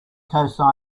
cosine